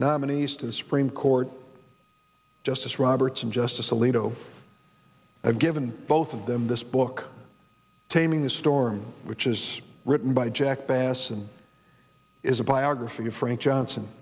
nominees to the supreme court justice roberts and justice alito i've given both of them this book taming the storm which is written by jack bass and is a biography of frank johnson